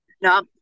No